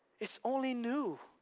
it's only new.